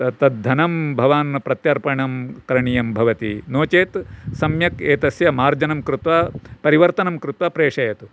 तद्धनं भवान् प्रत्यर्पणं करणीयं भवति नो चेत् सम्यक् एतस्य मार्जनं कृत्वा परिवर्तनं कृत्वा प्रेषयतु